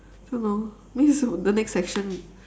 don't know means the next section